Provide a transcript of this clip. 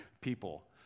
people